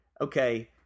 okay